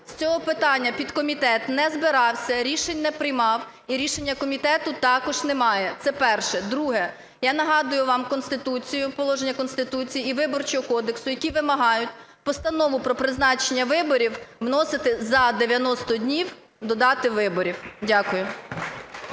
З цього питання підкомітет не збирався, рішень не приймав, і рішення комітету також немає. Це перше. Друге. Я нагадую вам положення Конституції і Виборчого кодексу, які вимагають постанову про призначення виборів вносити за 90 днів до дати виборів. Дякую.